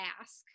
ask